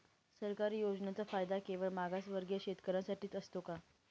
सरकारी योजनांचा फायदा केवळ मागासवर्गीय शेतकऱ्यांसाठीच असतो का?